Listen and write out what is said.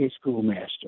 schoolmaster